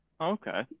okay